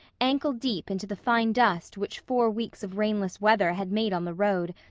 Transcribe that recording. ankle deep into the fine dust which four weeks of rainless weather had made on the road,